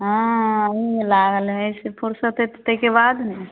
हँ ओहिमे लागल हइ फुरसत हेतै ताहिके बाद ने